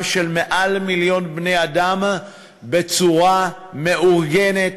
של מעל מיליון בני-אדם בצורה מאורגנת,